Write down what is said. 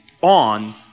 on